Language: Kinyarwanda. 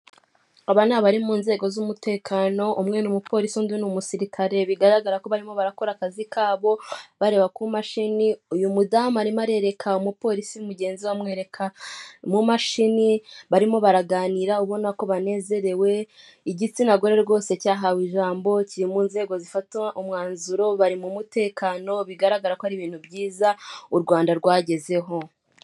Aba ni abari mu nzego z'umutekano umwe ni umupolisi undi ni umusirikare, bigaragara ko barimo barakora akazi kabo bareba ku mashini, uyu mudamu arimo arerereka umupolisi mugenzi we amwereka mu mashini, barimo baraganira ubona ko banezerewe, igitsina gore rwose cyahawe ijambo kiri mu nzego zifata umwanzuro, bari mu mutekano bigaragara ko ari ibintu byiza u Rwanda rwagezeho.